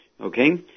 Okay